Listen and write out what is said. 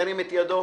ירים את ידו.